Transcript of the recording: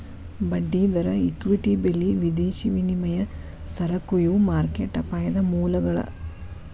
ಬಡ್ಡಿದರ ಇಕ್ವಿಟಿ ಬೆಲಿ ವಿದೇಶಿ ವಿನಿಮಯ ಸರಕು ಇವು ಮಾರ್ಕೆಟ್ ಅಪಾಯದ ಮೂಲಗಳ